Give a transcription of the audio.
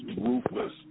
ruthless